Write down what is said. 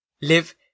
Live